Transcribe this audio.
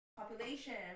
population